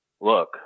look